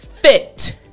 fit